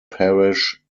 parish